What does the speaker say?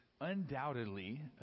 undoubtedly